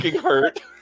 hurt